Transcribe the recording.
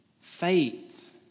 faith